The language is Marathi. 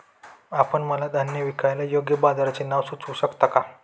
आपण मला धान्य विकायला योग्य बाजाराचे नाव सुचवू शकता का?